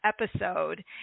episode